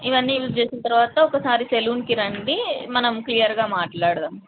ఇవన్నీ యూజ్ చేసిన తర్వాత ఒకసారి సెలూన్కి రండి మనం క్లియర్గా మాట్లాడదాం